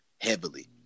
Heavily